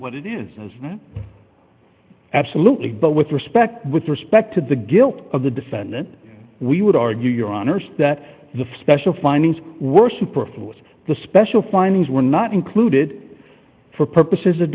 what is absolutely but with respect with respect to the guilt of the defendant we would argue your honour's that the special findings were superfluous the special findings were not included for purposes of